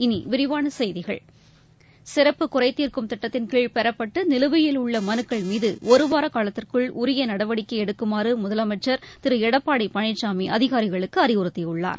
இனி விரிவான செய்திகள் சிறப்பு குறைதீர்க்கும் திட்டத்தின்கீழ் பெறப்பட்டு நிலுவையில் உள்ள மனுக்கள் மீது இவ்வார இறுதிக்குள் உரிய நடவடிக்கை எடுக்குமாறு முதலமைச்சர திரு எடப்பாடி பழனிசாமி அதிகாரிகளுக்கு அறிவுறுத்தியுள்ளார்